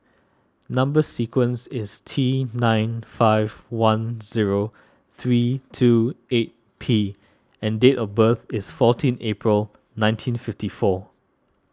Number Sequence is T nine five one zero three two eight P and date of birth is fourteen April nineteen fifty four